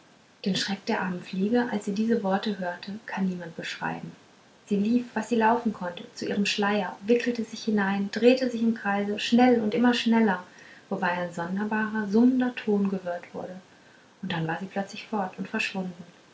den schreck der armen fliege als sie diese worte hörte kann niemand beschreiben sie lief was sie laufen konnte zu ihrem schleier wickelte sich hinein drehte sich im kreise schnell und immer schneller wobei ein sonderbarer summender ton gehört wurde und dann war sie plötzlich fort und verschwunden